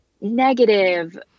negative